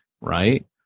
right